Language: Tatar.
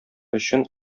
өчен